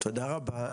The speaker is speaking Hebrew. תודה רבה.